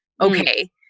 okay